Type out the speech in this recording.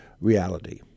reality